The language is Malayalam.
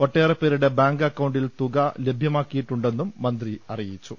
ഒട്ടേറ പേരുടെ ബാങ്ക് അക്കൌണ്ടിൽ തുക ലഭ്യമാ ക്കിയിട്ടുണ്ടെന്നും മന്ത്രി അറിയിച്ചു